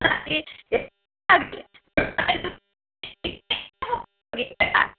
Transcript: ಹಾಂ ರೀ